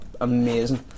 Amazing